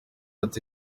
ati